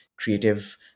creative